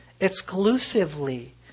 exclusively